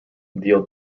deal